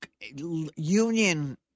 union